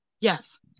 Yes